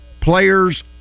Players